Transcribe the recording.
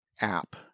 app